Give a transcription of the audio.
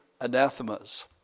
anathemas